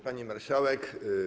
Pani Marszałek!